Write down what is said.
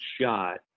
shot